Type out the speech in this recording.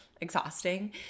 exhausting